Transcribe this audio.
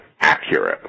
accurate